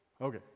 okay